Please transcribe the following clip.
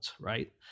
right